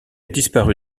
disparu